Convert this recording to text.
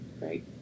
Right